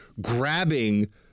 grabbing